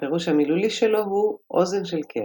שהפירוש המילולי שלו הוא אוזן של כבש.